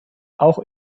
auch